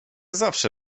zawsze